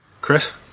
Chris